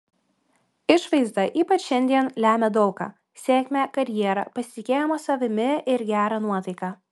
išvaizda ypač šiandien lemia daug ką sėkmę karjerą pasitikėjimą savimi ir gerą nuotaiką